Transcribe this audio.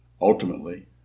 Ultimately